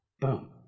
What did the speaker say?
Boom